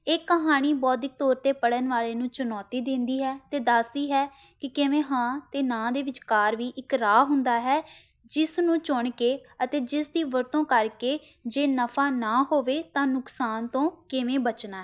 ਇਹ ਕਹਾਣੀ ਬੌਧਿਕ ਤੌਰ 'ਤੇ ਪੜ੍ਹਨ ਵਾਲੇ ਨੂੰ ਚੁਣੌਤੀ ਦਿੰਦੀ ਹੈ ਅਤੇ ਦੱਸਦੀ ਹੈ ਕਿ ਕਿਵੇਂ ਹਾਂ ਅਤੇ ਨਾਂ ਦੇ ਵਿਚਕਾਰ ਵੀ ਇੱਕ ਰਾਹ ਹੁੰਦਾ ਹੈ ਜਿਸ ਨੂੰ ਚੁਣ ਕੇ ਅਤੇ ਜਿਸ ਦੀ ਵਰਤੋਂ ਕਰਕੇ ਜੇ ਨਫ਼ਾ ਨਾ ਹੋਵੇ ਤਾਂ ਨੁਕਸਾਨ ਤੋਂ ਕਿਵੇਂ ਬਚਣਾ ਹੈ